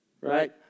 right